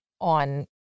on